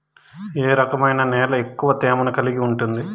ఏ రకమైన నేల ఎక్కువ తేమను కలిగి ఉంటుంది?